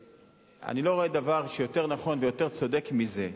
שאני לא רואה דבר יותר נכון ויותר צודק מזה.